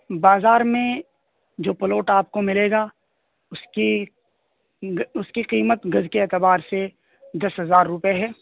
بازار میں جو پلاٹ آپ کو ملے گا اس کی اس کی قیمت گز کے اعبتار سے دس ہزار روپے ہے